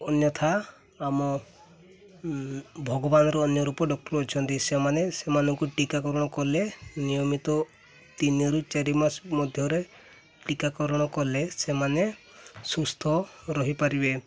ଅନ୍ୟଥା ଆମ ଭଗବାନର ଅନ୍ୟ ରୂପ ଡକ୍ଟର ଅଛନ୍ତି ସେମାନେ ସେମାନଙ୍କୁ ଟିକାକରଣ କଲେ ନିୟମିତ ତିନି ରୁ ଚାରି ମାସ ମଧ୍ୟରେ ଟୀକାକରଣ କଲେ ସେମାନେ ସୁସ୍ଥ ରହିପାରିବେ